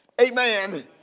Amen